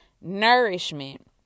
nourishment